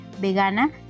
Vegana